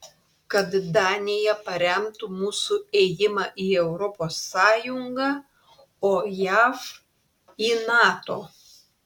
kad danija paremtų mūsų ėjimą į europos sąjungą o jav į nato